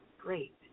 great